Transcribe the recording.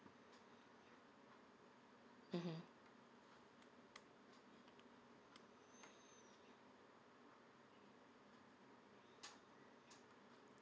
mmhmm